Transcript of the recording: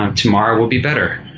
um tomorrow will be better.